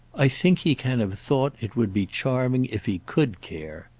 i think he can have thought it would be charming if he could care.